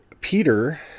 Peter